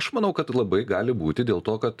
aš manau kad labai gali būti dėl to kad